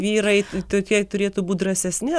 vyrai tokie turėtų būt drąsesni